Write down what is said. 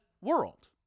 world